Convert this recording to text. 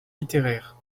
littéraires